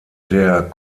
der